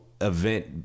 event